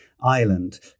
Island